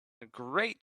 great